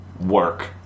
work